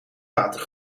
water